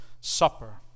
supper